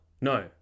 no